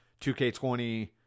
2K20